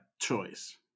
choice